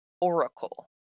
oracle